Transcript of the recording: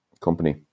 company